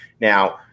Now